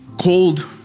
cold